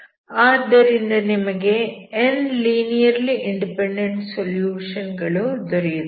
ಆದ್ದರಿಂದ ನಿಮಗೆ n linearly independent solution ಗಳು ದೊರೆಯುತ್ತವೆ